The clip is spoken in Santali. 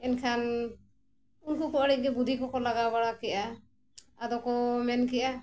ᱮᱱᱠᱷᱟᱱ ᱩᱱᱠᱩ ᱠᱚ ᱮᱬᱮ ᱜᱮ ᱵᱩᱫᱷᱤ ᱠᱚᱠᱚ ᱞᱟᱜᱟᱣ ᱵᱟᱲᱟ ᱠᱮᱜᱼᱟ ᱟᱫᱚ ᱠᱚ ᱢᱮᱱ ᱠᱮᱜᱼᱟ